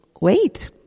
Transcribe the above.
wait